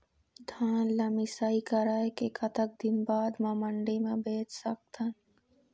धान ला मिसाई कराए के कतक दिन बाद मा मंडी मा बेच सकथन?